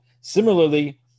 Similarly